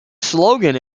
slogan